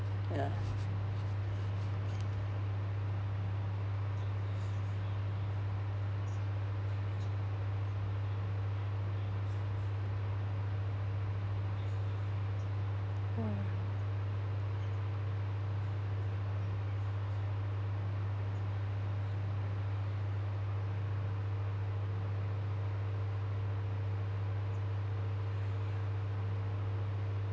ya mm